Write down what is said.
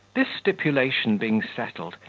this stipulation being settled,